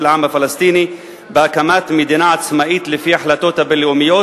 העם הפלסטיני בהקמת מדינה עצמאית לפי ההחלטות הבין-לאומיות,